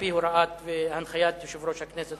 על-פי הוראת והנחיית יושב-ראש הכנסת,